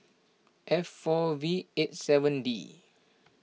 F four V eight seven D